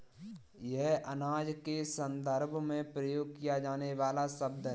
यह अनाज के संदर्भ में प्रयोग किया जाने वाला शब्द है